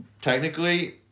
technically